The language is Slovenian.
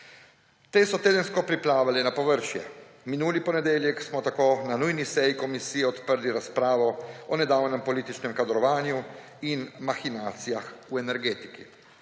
Te so tedensko priplavale na površje. Minuli ponedeljek smo tako na nujni seji komisije odprli razpravo o nedavnem političnem kadrovanju in mahinacijah v energetiki.